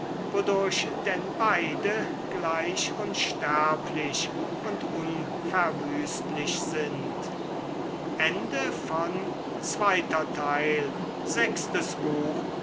wodurch denn beide gleich unsterblich und unverwüstlich sind